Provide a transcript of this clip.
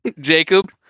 Jacob